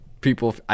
people –